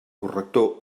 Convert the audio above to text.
corrector